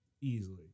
easily